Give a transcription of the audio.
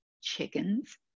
chickens